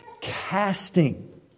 Casting